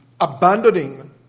abandoning